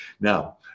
Now